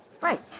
Right